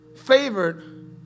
favored